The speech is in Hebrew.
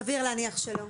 סביר להניח שלא.